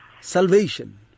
salvation